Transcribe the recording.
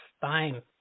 fine